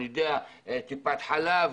טיפת חלב,